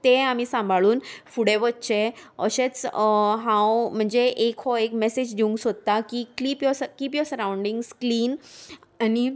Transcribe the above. तें आमी सांबाळून फुडें वच्चें अशेंच हांव म्हणजे एक हो एक मेसेज दिवंक सोदता की keep you keep your surroundings clean आनी